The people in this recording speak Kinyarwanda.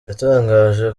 yatangaje